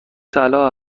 طلا